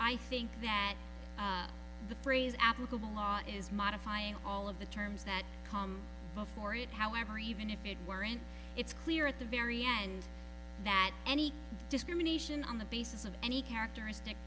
i think that the phrase applicable law is modifying all of the terms that come before it however even if it weren't it's clear at the very end that any discrimination on the basis of any characteristic